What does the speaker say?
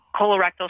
colorectal